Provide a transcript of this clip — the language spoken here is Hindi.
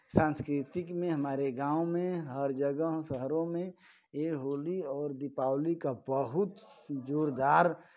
सांस्कृतिक में हमारे गाँव में हर जगह शहरों में ये होली और दीपवाली का बहुत जोरदार